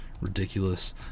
Ridiculous